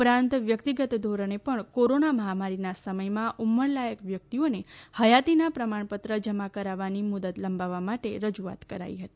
ઉપરાંત વ્યક્તિગત ધોરણે પણ કોરોના મહામારીના સમયમાં ઉંમરલાયક વ્યક્તિઓને હયાતીના પ્રમાણપત્ર જમા કરાવવાની મુદ્દત લંબાવવા માટે રજૂઆત કરાઈ હતી